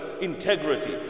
integrity